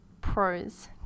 pros